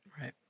right